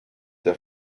der